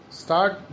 start